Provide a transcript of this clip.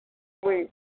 ମୁଇଁ